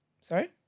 sorry